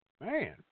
man